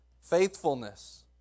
Faithfulness